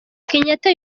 kenyatta